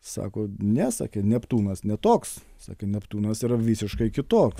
sako ne sakė neptūnas ne toks sakė neptūnas yra visiškai kitoks